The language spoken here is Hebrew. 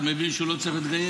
אתה מבין שהוא לא צריך להתגייס?